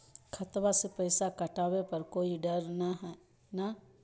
खतबा से पैसबा कटाबे पर कोइ डर नय हय ना?